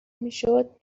میشد